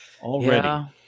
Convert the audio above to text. Already